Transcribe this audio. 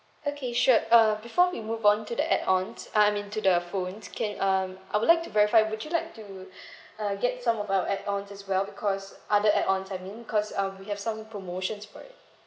okay sure uh before we move on to the add ons ah I mean to the phones can um I'd like to verify would you like to uh get some of our add ons as well because other add ons I mean cause uh we have some promotions for it